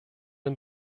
den